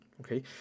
okay